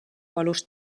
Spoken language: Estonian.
valus